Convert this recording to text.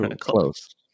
Close